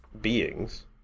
beings